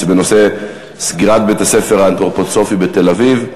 בנושא: סגירת בית-הספר האנתרופוסופי בתל-אביב.